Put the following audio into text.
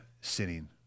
Sinning